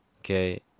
okay